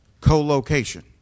co-location